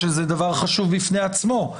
שזה דבר חשוב בפני עצמו,